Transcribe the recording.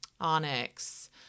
onyx